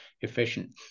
efficient